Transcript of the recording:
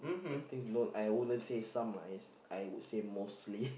I think no I wouldn't say some ice I would say mostly